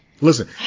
listen